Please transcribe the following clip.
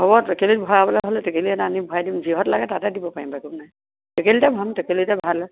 হ'ব টেকেলিত ভৰাবলৈ হ'লে টেকেলি এটা আনি ভৰাই দিম যিহত লাগে তাতে দিব পাৰিম বাৰু একো নাই টেকেলিতে ভৰাম টেকেলিতে ভাল হয়